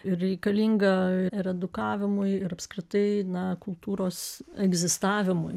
reikalinga ir edukavimui ir apskritai na kultūros egzistavimui